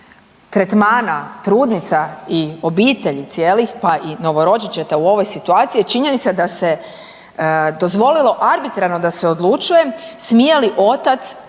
tretmana trudnica i obitelji cijelih, pa i novorođenčeta u ovoj situaciji je činjenica da se dozvolilo arbitrarno da se odlučuje smije li otac